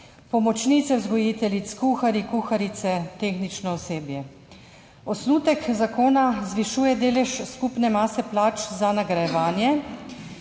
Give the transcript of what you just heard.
pomočnice vzgojiteljic, kuharji, kuharice, tehnično osebje. Osnutek zakona zvišuje delež skupne mase plač za nagrajevanje